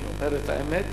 אומר את האמת,